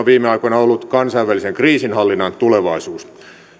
viime aikoina ollut kansainvälisen kriisinhallinnan tulevaisuus